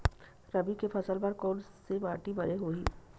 रबी के फसल बर कोन से माटी बने होही?